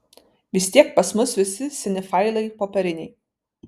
vis tiek pas mus visi seni failai popieriniai